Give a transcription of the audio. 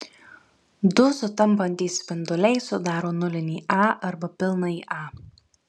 du sutampantys spinduliai sudaro nulinį a arba pilnąjį a